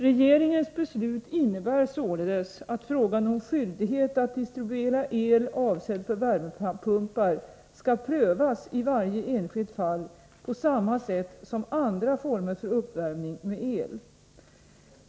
Regeringens beslut innebär således att frågan om skyldighet att distribuera el avsedd för värmepumpar skall prövas i varje enskilt fall på samma sätt som andra former för uppvärmning med el.